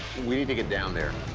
we need to get down there.